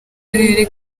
karere